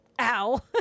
Ow